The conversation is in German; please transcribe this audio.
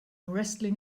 wrestling